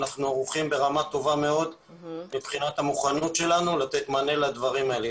אנחנו ערוכים ברמה טובה מאוד מבחינת המוכנות שלנו לתת מענה לדברים האלה,